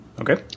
Okay